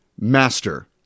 master